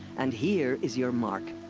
and here is your mark.